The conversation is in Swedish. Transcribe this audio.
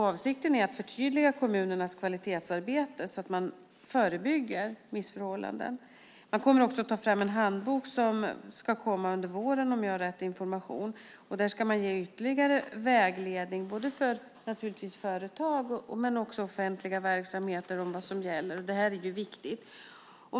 Avsikten är att förtydliga kommunernas kvalitetsarbete så att man förebygger missförhållanden. Man kommer också att ta fram en handbok som ska komma under våren, om jag har rätt information. Där ska man ge ytterligare vägledning, både för företag och offentliga verksamheter om vad som gäller. Det är viktigt.